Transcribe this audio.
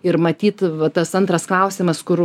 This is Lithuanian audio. ir matyt va tas antras klausimas kur